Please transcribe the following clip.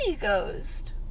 ghost